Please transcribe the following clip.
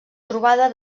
trobada